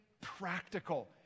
practical